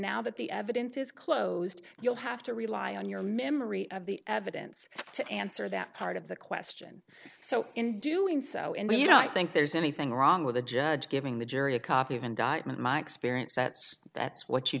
now that the evidence is closed you'll have to rely on your memory of the evidence to answer that part of the question so in doing so and you know i think there's anything wrong with a judge giving the jury a copy of indictment my experience that's that's why but you